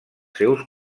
seus